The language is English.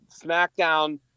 SmackDown